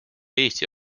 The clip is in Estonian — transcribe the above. eesti